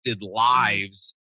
lives